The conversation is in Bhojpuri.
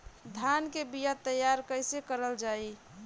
धान के बीया तैयार कैसे करल जाई?